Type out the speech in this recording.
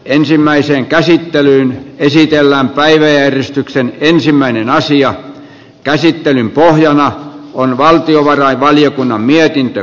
ensimmäiseen käsittelyyn esitellään päiväjärjestyksen ensimmäinen aasian käsittelyn pohjana on valtiovarainvaliokunnan mietintö